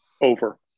Over